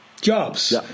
jobs